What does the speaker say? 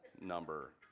number